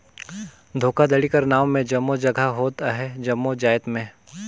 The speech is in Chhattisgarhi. धोखाघड़ी कर नांव में जम्मो जगहा होत अहे जम्मो जाएत में